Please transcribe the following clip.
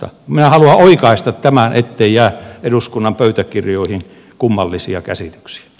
minä haluan oikaista tämän ettei jää eduskunnan pöytäkirjoihin kummallisia käsityksiä